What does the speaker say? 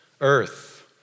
Earth